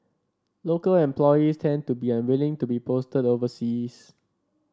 local employees tend to be unwilling to be posted overseas